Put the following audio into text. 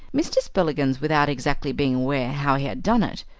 mr. spillikins, without exactly being aware how he had done it,